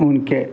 उनके